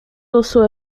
also